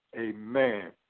amen